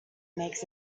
makes